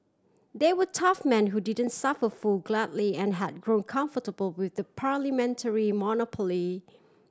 they were tough man who didn't suffer fool gladly and had grown comfortable with a parliamentary monopoly